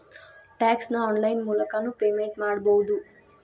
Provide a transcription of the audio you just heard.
tax ನ online ಮೂಲಕನೂ payment ಮಾಡಬೌದು